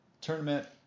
Tournament